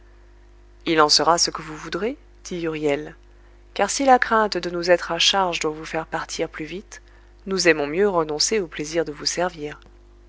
il en sera ce que vous voudrez dit huriel car si la crainte de nous être à charge doit vous faire partir plus vite nous aimons mieux renoncer au plaisir de vous servir